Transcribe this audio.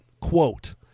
quote